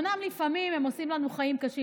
אומנם לפעמים הם עושים לנו חיים קשים.